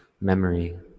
memory